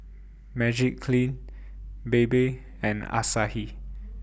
Magiclean Bebe and Asahi